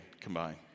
combined